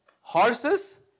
horses